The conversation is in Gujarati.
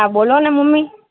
હા બોલોને મમ્મી